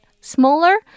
smaller